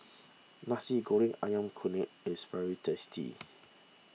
Nasi Goreng Ayam Kunyit is very tasty